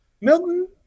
milton